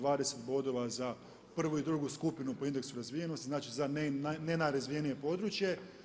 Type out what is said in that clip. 20 bodova za prvu i drugu skupinu po indeksu razvijenosti, znači za najnerazvijenije područje.